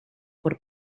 por